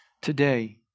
today